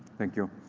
thank you.